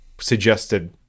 Suggested